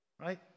Right